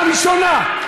פעם ראשונה,